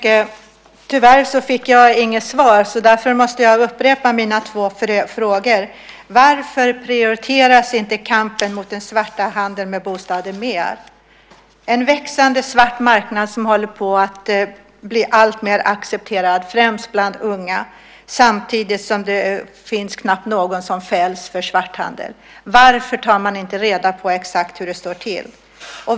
Fru talman! Jag fick tyvärr inget svar och måste därför upprepa mina två frågor. Varför prioriteras inte kampen mot den svarta handeln med bostäder mer? En växande svart marknad håller på att bli alltmer accepterad främst bland unga. Samtidigt finns det knappt någon som fälls för svarthandel. Varför tar man inte reda på exakt hur det står till?